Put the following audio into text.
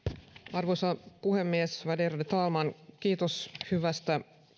arvoisa puhemies värderade talman kiitos hyvästä